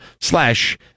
slash